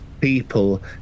people